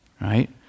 Right